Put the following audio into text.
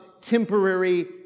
temporary